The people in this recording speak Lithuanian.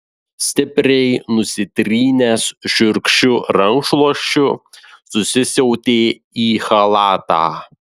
stipriai nusitrynęs šiurkščiu rankšluosčiu susisiautė į chalatą